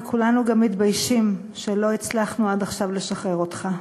וכולנו גם מתביישים שלא הצלחנו עד עכשיו לשחרר אותך.